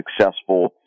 successful